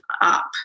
up